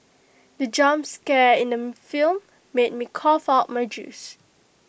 the jump scare in the film made me cough out my juice